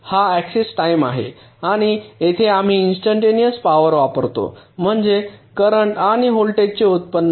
हा access time आहे आणि येथे आम्ही इन्स्टंटनेअस पॉवर वापरतो म्हणजे करेन्ट आणि व्होल्टेजचे उत्पादन